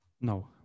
No